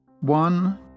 One